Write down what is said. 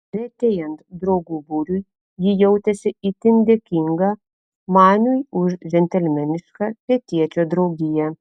retėjant draugų būriui ji jautėsi itin dėkinga maniui už džentelmenišką pietiečio draugiją